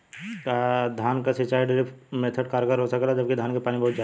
का धान क सिंचाई खातिर ड्रिप मेथड कारगर हो सकेला जबकि धान के पानी बहुत चाहेला?